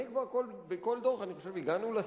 אני כבר בכל דוח חושב, הגענו לשיא.